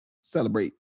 celebrate